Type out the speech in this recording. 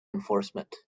enforcement